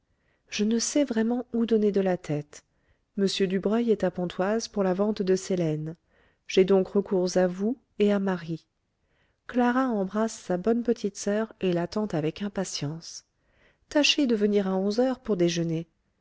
je ne sais vraiment où donner de la tête m dubreuil est à pontoise pour la vente de ses laines j'ai donc recours à vous et à marie clara embrasse sa bonne petite soeur et l'attend avec impatience tâchez de venir à onze heures pour déjeuner